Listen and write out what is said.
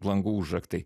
langų užraktai